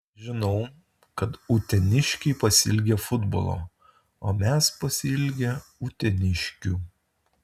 žinau kad uteniškiai pasiilgę futbolo o mes pasiilgę uteniškių